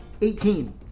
eighteen